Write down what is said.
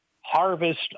harvest